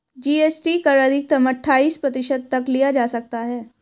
GST कर अधिकतम अठाइस प्रतिशत तक लिया जा सकता है